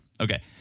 Okay